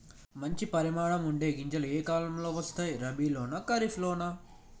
మంచి పరిమాణం ఉండే గింజలు ఏ కాలం లో వస్తాయి? రబీ లోనా? ఖరీఫ్ లోనా?